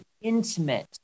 intimate